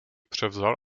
převzal